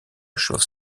chauve